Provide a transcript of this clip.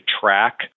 track